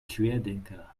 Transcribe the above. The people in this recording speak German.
querdenker